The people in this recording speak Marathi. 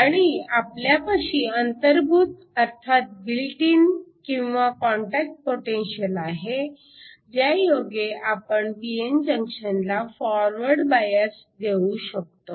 आणि आपल्यापाशी अंतर्भूत अर्थात बिल्ट इन किंवा कॉन्टॅक्ट पोटेन्शिअल आहे ज्यायोगे आपण p n जंक्शनला फॉरवर्ड बायस देऊ शकतो